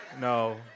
no